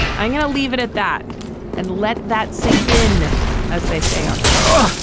i'm going to leave it at that and let that sink in as they say on twitter